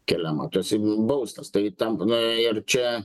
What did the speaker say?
keliama tu esi nubaustas tai tam na ir čia